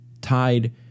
tied